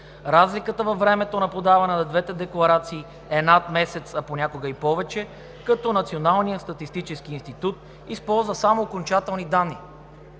Разликата във времето на подаване на двете декларации е над месец, а понякога и повече, като Националният статистически институт използва само окончателни данни.